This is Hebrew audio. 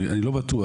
אני לא בטוח.